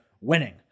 winning